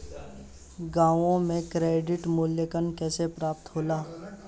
गांवों में क्रेडिट मूल्यांकन कैसे प्राप्त होला?